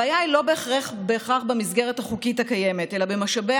הבעיה היא לא בהכרח במסגרת החוקית הקיימת אלא במשאבי